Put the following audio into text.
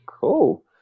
Cool